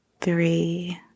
three